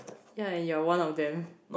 ya and you're one of them